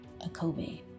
Akobe